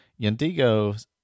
Yandigo